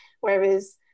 whereas